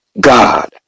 God